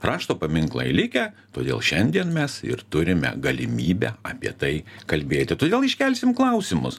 rašto paminklai likę todėl šiandien mes ir turime galimybę apie tai kalbėti todėl iškelsim klausimus